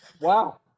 Wow